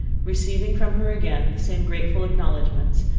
receiving from her again the same grateful acknowledgments,